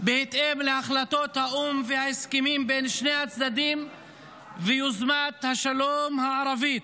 בהתאם להחלטות האו"ם וההסכמים בין שני הצדדים ויוזמת השלום הערבית.